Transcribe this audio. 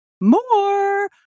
more